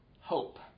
hope